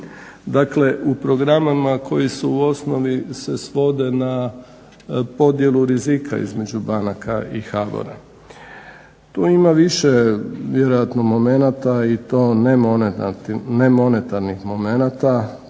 Dakle, u programima koji u osnovi se svode na podjelu rizika između banaka i HBOR-a tu ima više vjerojatno momenata i to nemonetarnih momenata.